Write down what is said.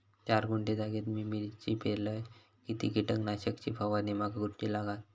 चार गुंठे जागेत मी मिरची पेरलय किती कीटक नाशक ची फवारणी माका करूची लागात?